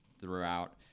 throughout